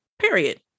period